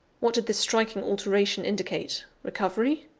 what did this striking alteration indicate? recovery?